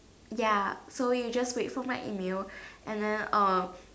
ya so you just wait for my email and then uh